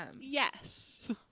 Yes